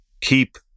Keep